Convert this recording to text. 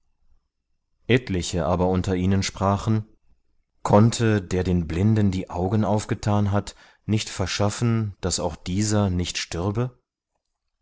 etliche aber unter ihnen sprachen konnte der den blinden die augen aufgetan hat nicht verschaffen daß auch dieser nicht stürbe